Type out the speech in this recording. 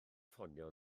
ffonio